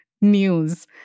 news